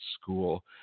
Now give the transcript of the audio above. school